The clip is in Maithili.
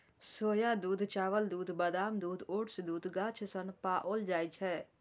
सोया दूध, चावल दूध, बादाम दूध, ओट्स दूध गाछ सं पाओल जाए छै